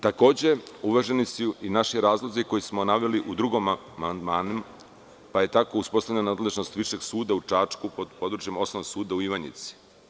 Takođe su uvaženi naši razlozi, koje smo naveli u drugom amandmanu, pa je tako uspostavljena nadležnost Višeg suda u Čačku, područje Osnovnog suda u Ivanjici.